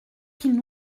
qu’il